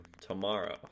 tomorrow